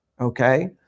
Okay